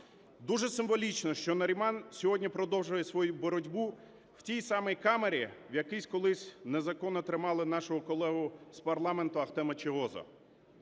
Дуже символічно, що Наріман сьогодні продовжує свою боротьбу в тій самій камері, в якій колись незаконно тримали нашого колегу з парламенту Ахтема Чийгоза.